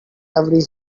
every